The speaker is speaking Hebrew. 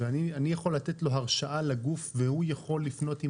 אני יכול לתת לגוף הזה הרשאה והוא יכול לפנות עם